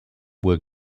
were